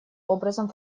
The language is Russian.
образом